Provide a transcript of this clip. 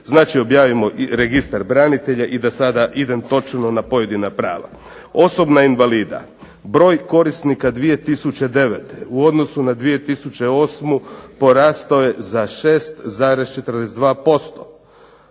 Znači, objavimo Registar branitelja i da sada idem točno na pojedina prava, osobna invalida, broj korisnika 2009. u odnosu na 2008. porastao je za 6,42%.